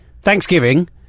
Thanksgiving